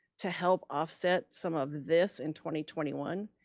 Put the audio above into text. to help offset some of this in twenty twenty one,